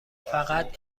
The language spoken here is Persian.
فقط